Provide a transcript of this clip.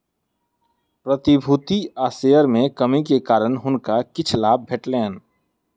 प्रतिभूति आ शेयर में कमी के कारण हुनका किछ लाभ भेटलैन